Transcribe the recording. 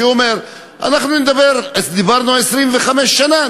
שאומר: דיברנו 25 שנה?